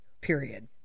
period